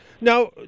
Now